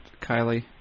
Kylie